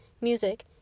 music